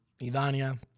Idania